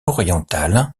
oriental